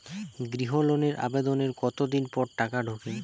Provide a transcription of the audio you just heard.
গৃহ লোনের আবেদনের কতদিন পর টাকা ঢোকে?